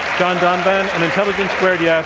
john donovan, and intelligence squared yeah